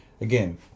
again